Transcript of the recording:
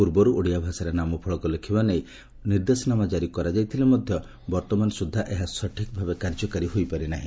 ପୂର୍ବରୁ ଓଡ଼ିଆ ଭାଷାରେ ନାମଫଳକ ଲେଖ୍ବା ନେଇ ନିର୍ଦ୍ଦେଶନାମା ଜାରି କରାଯାଇଥିଲେ ମଧ୍ଧ ବର୍ଭମାନ ସୁଦ୍ଧା ଏହା ସଠିକ୍ ଭାବେ କାର୍ଯ୍ୟକାରୀ ହୋଇପାରି ନାହି